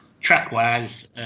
Track-wise